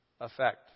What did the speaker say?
effect